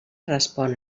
respon